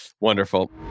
wonderful